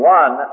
one